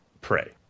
pray